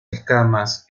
escamas